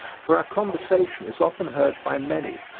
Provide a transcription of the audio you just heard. for our conversation is often heard by many,